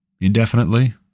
indefinitely